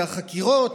מהחקירות,